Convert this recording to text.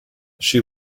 she